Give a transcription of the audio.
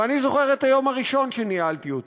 ואני זוכר את היום הראשון שניהלתי אותו,